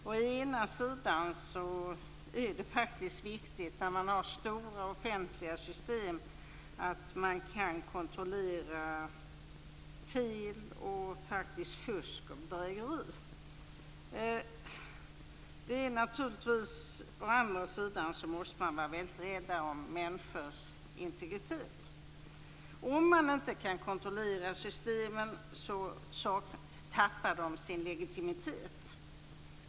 Å ena sidan är det viktigt i fråga om stora offentliga system att man kan kontrollera fel, fusk och bedrägeri. Å andra sidan måste man vara väldigt rädd om människors integritet. Om man inte kan kontrollera systemen tappar de sin legitimitet.